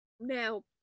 now